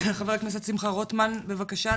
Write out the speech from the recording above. חבר הכנסת שמחה רוטמן, בבקשה.